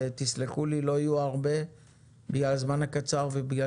תסלחו לי לא יהיו הרבה בגלל הזמן הקצר ובגלל